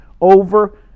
over